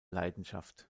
leidenschaft